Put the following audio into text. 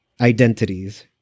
identities